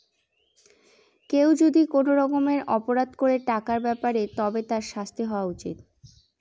কেউ যদি কোনো রকমের অপরাধ করে টাকার ব্যাপারে তবে তার শাস্তি হওয়া উচিত